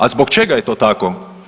A zbog čega je to tako?